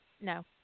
no